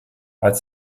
als